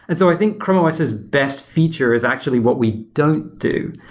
and so i think chrome os's best feature is actually what we don't do.